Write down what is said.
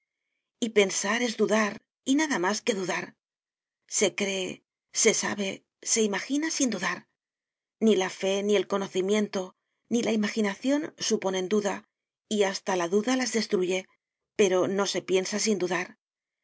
y pensar es dudar y nada más que dudar se cree se sabe se imagina sin dudar ni la fe ni el conocimiento ni la imaginación suponen duda y hasta la duda las destruye pero no se piensa sin dudar